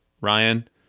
Ryan